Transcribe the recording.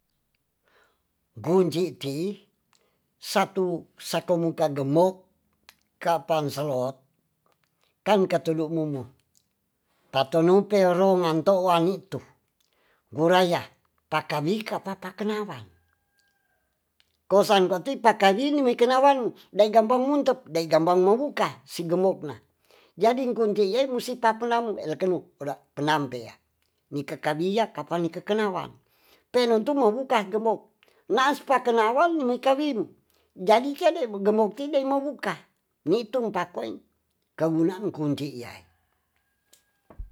Go'ji ti'i satu sakoumuka gemok ka'pan selot kan ka'telo mumuk patonuperouman to wani'tu guraya paka'mikapaka nawang kosan koti pakawinnu wekenawang daegampang muntah dei gampang mobuka sigembokna jadi kuncine musti papnang eleken oda'kunampe ya nika-kabiya kapan nikekekenawang teilontu mabuka gembok na'as paka kenawang mekawingu jadi ke'ne gembok ti'de mobuka ni'tung pa'kuen kegunaan kunci iya'e